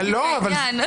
זה בדיוק העניין.